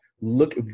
Look